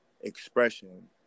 expression